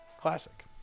classic